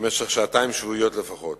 במשך שעתיים שבועיות לפחות.